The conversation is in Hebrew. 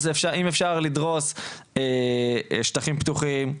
אז אם אפשר לדרוס שטחים פתוחים,